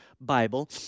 Bible